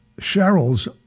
Cheryl's